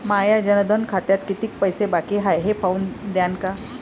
माया जनधन खात्यात कितीक पैसे बाकी हाय हे पाहून द्यान का?